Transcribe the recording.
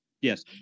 yes